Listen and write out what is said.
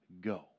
go